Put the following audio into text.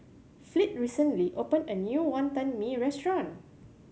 Fleet recently opened a new Wonton Mee restaurant